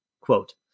Quote